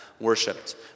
worshipped